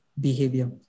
behavior